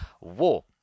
war